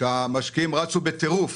בו המשקיעים רצו בטירוף